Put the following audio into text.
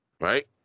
Right